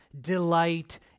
delight